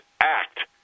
Act